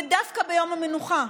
ודווקא ביום המנוחה.